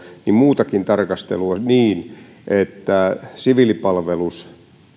niin muutakin tarkastelua niin että siviilipalvelus